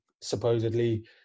supposedly